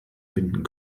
binden